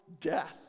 death